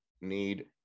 need